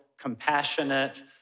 compassionate